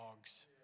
dogs